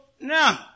No